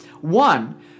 One